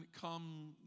Come